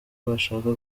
bashaka